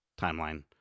timeline